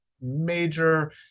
major